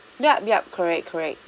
yup yup correct correct